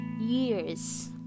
years